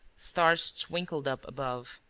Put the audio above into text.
stars twinkled up above.